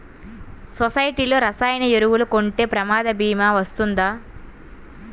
సొసైటీలో రసాయన ఎరువులు కొంటే ప్రమాద భీమా వస్తుందా?